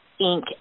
Inc